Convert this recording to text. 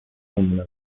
مونه